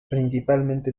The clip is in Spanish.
principalmente